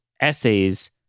essays